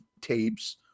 tapes